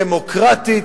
דמוקרטית,